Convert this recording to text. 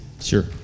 Sure